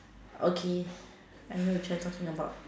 okay I know which one you talking about